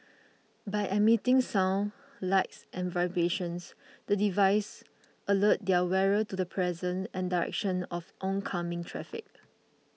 by emitting sound light and vibrations the devices alert their wearer to the presence and direction of oncoming traffic